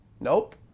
Nope